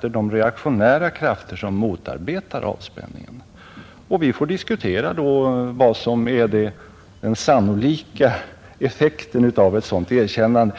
de reaktionära krafter som motarbetar avspänningen, Vi får då diskutera vad som är den sannolika effekten av ett sådant erkännande.